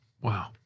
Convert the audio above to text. Wow